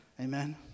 Amen